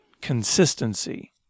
consistency